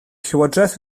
llywodraeth